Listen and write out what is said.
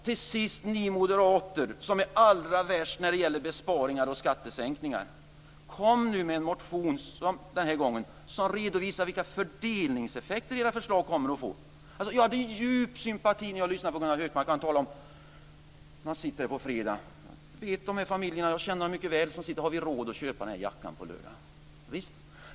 Till sist till er moderater som är allra värst när det gäller besparingar och skattesänkningar: Kom nu med en motion den här gången som visar vilka fördelningseffekter som era förslag kommer att få. Jag känner djup sympati när Gunnar Hökmark talar om hur familjer på fredagarna sitter och diskuterar om man har råd att köpa en jacka på lördagen.